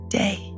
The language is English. day